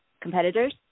competitors